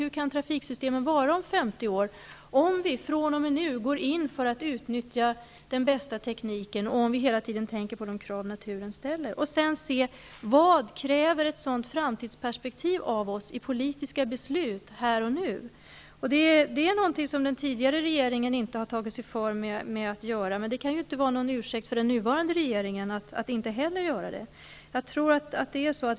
Hur kan trafiksystemen se ut, om vi fr.o.m. nu går in för att utnyttja den bästa tekniken och hela tiden tänker på de krav naturen ställer? Sedan skall vi se vad ett sådant framtidsperspektiv kräver av oss i politiska beslut här och nu. Det är någonting som den tidigare regeringen inte har tagit sig för med att göra. Men det kan inte vara någon ursäkt för den nuvarande regeringen att inte heller göra det.